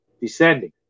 descending